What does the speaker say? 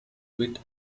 wit